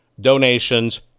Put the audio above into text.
donations